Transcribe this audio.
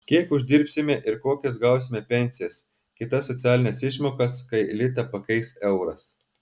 kiek uždirbsime ir kokias gausime pensijas kitas socialines išmokas kai litą pakeis euras